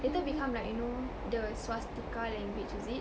later become like you know the swastika language is it